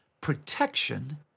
protection